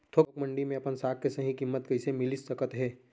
थोक मंडी में अपन साग के सही किम्मत कइसे मिलिस सकत हे?